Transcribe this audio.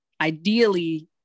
ideally